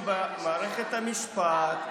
במערכת המשפט,